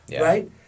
right